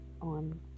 on